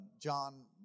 John